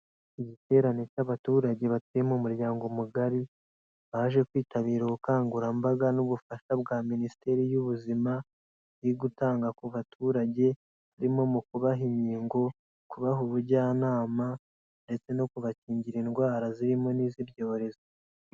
Igiterane cy'abaturage batuye mu muryango mugari baje kwitabira ubukangurambaga n'ubufasha bwa Minisiteri y'Ubuzima, iri gutanga ku baturage, harimo mu kubaha inkingo, kubaha ubujyanama ndetse no kubakingira indwara zirimo n'iz'ibyorezo.